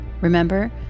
Remember